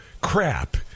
crap